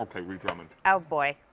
okay, ree drummond. oh, boy.